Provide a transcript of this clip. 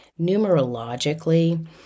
Numerologically